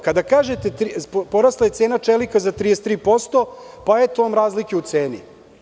Kada kažete da je porasla cena čelika za 33%, eto vam razlike u ceni.